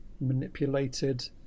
manipulated